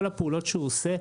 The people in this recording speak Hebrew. כל הפעולות שהוא עושה,